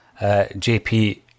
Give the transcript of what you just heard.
JP